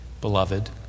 beloved